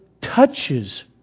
touches